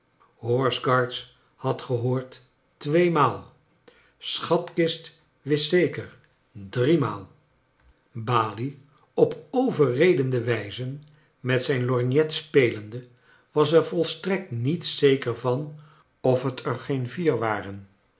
horse guards had gehoord tweemaal schatkist wist zeker driemaal balie op overredende wij ze met zijn lorgnet spelende was er volstrekt niet zeker van of het er geen vier waren